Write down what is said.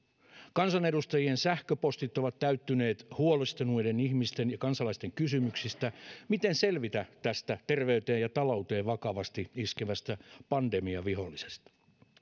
kansanedustajien sähköpostit ovat täyttyneet huolestuneiden ihmisten ja kansalaisten kysymyksistä miten selvitä tästä terveyteen ja talouteen vakavasti iskevästä pandemiavihollisesta